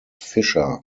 fischer